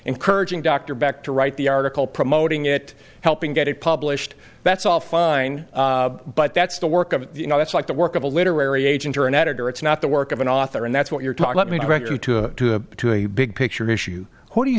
encouraging dr back to write the article promoting it helping get it published that's all fine but that's the work of you know that's like the work of a literary agent or an editor it's not the work of an author and that's what your talk about me direct you to a big picture issue what do you